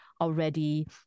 already